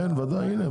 כן, הנה.